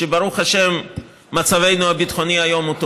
כשברוך השם מצבנו הביטחוני היום הוא טוב,